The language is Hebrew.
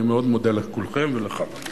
אני מאוד מודה לכולכם ולך.